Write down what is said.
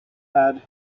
had